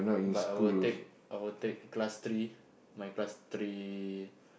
but I'll take I'll take class three my class three